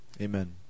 Amen